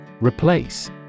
Replace